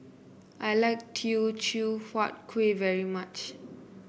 I like Teochew Huat Kueh very much